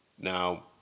Now